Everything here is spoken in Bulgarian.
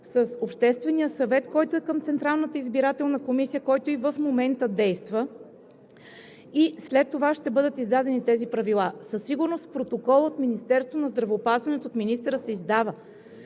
с Обществения съвет, който е към Централната избирателна комисия, който и в момента действа, и след това ще бъдат издадени тези правила. Със сигурност протокол от Министерството на здравеопазването, от министъра се издава,